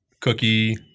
Cookie